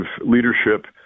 leadership